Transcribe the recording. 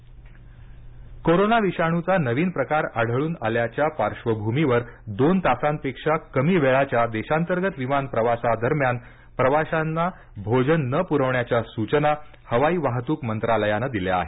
विमानात जेवण कोरोना विषाणूचा नवीन प्रकार आढळून आल्याच्या पार्श्वभूमीवर दोन तासांपेक्षा कमी वेळाच्या देशांतर्गत विमान प्रवासादरम्यान प्रवाशांना भोजन न पुरविण्याच्या सूचना हवाई वाहतूक मंत्रालयानं दिल्या आहेत